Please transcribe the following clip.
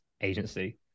Agency